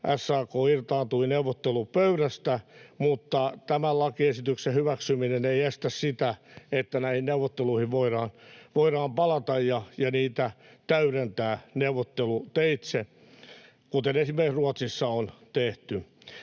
SAK irtaantui neuvottelupöydästä. Mutta tämän lakiesityksen hyväksyminen ei estä sitä, että näihin neuvotteluihin voidaan palata ja niitä täydentää neuvotteluteitse, kuten esimerkiksi Ruotsissa on tehty.